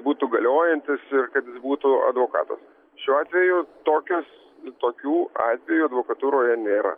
būtų galiojantis ir kad jis būtų advokatas šiuo atveju tokios tokių atvejų advokatūroje nėra